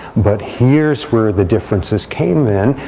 but here's where the differences came then,